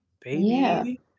baby